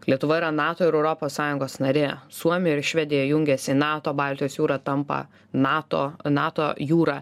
lietuva yra nato ir europos sąjungos narė suomija ir švedija jungiasi į nato baltijos jūra tampa nato nato jūra